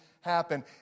happen